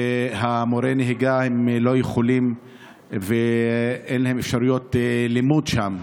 מורי הנהיגה לא יכולים אין להם אפשרויות לימוד שם.